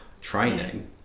training